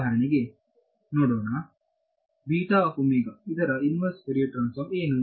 ಉದಾಹರಣೆಗೆ ನಾವು ಭಾಗಶಃ ನೋಡೋಣ ಇದರ ವಿನ್ನರ್ಸ್ ಫೋರಿಯರ್ ಟ್ರಾನ್ಸ್ಫಾರ್ಮ ಏನು